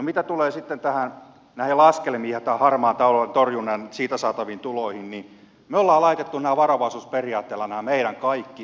mitä tulee sitten näihin laskelmiin ja harmaan talouden torjunnasta saataviin tuloihin niin me olemme laittaneet nämä meidän kaikki esityksemme varovaisuusperiaatteella